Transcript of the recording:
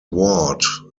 ward